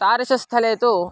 तादृशस्थले तु